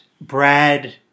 Brad